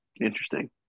Interesting